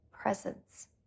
presence